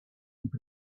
keep